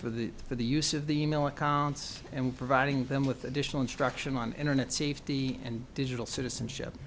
for the for the use of the e mail accounts and providing them with additional instruction on internet safety and digital citizenship